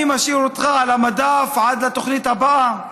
אני משאיר אותך על המדף עד התוכנית הבאה,